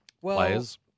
Players